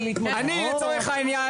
אני לצורך העניין.